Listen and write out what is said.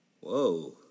whoa